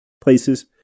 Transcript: places